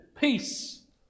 peace